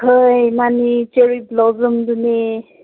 ꯍꯣꯏ ꯃꯥꯅꯤ ꯆꯦꯔꯤ ꯕ꯭ꯂꯣꯖꯝꯗꯨꯅꯦ